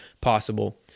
possible